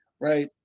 right